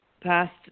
past